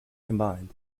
combined